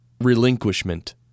Relinquishment